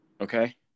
Okay